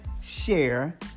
share